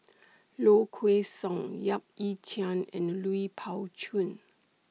Low Kway Song Yap Ee Chian and Lui Pao Chuen